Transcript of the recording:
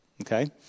okay